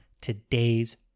today's